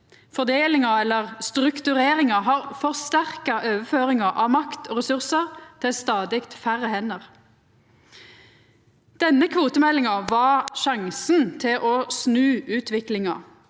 Fordelinga, eller struktureringa, har forsterka overføringa av makt og ressursar til stadig færre hender. Denne kvotemeldinga var sjansen til å snu utviklinga.